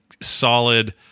solid